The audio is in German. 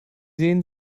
sehen